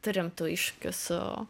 turim tų iššūkiu su